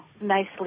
nicely